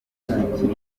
ikipe